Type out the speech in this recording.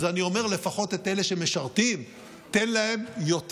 אז אני אומר: לפחות אלה שמשרתים, תן להם יותר.